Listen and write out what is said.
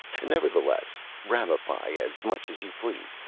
nevertheless, ramify as much as you please.